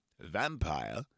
vampire